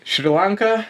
šri lanka